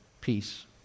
peace